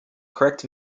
correct